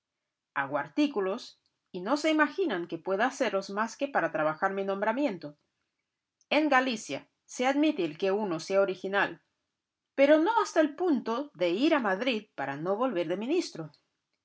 hago artículos y no se imaginan que pueda hacerlos más que para trabajar mi nombramiento en galicia se admite el que uno sea original pero no hasta el punto de ir a madrid para no volver de ministro